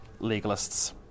legalists